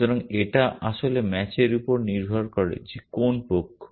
সুতরাং এটা আসলে ম্যাচের উপর নির্ভর করে যে কোন পক্ষ